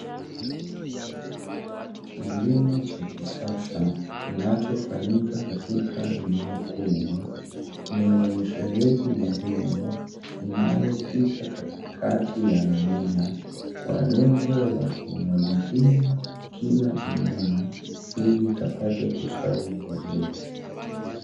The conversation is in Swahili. Kilimo cha kisasa kinachofanyika katika eneo kubwa, lenye mifereji muhimu, inayopita katikati ya mimea, kwa lengo la kumwagilia kila mmea, ili ikapat kustawi vizuri.